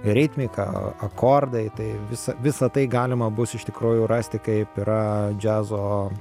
ritmika akordai tai visa visa tai galima bus iš tikrųjų rasti kaip yra džiazo